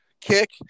kick